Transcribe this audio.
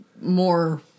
more